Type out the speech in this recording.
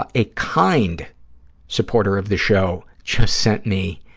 ah a kind supporter of this show just sent me